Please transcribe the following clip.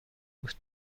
بود